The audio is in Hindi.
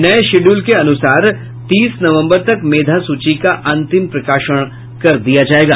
नये शिड्यूल के अनुसार तीस नवम्बर तक मेधासूची का अंतिम प्रकाशन कर दिया जायेगा